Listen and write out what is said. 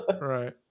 Right